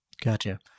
Gotcha